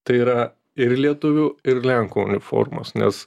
tai yra ir lietuvių ir lenkų uniformos nes